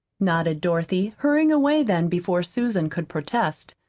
nodded dorothy, hurrying away then before susan could protest.